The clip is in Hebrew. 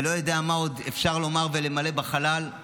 ולא יודע מה עוד אפשר לומר ולמלא בחלל על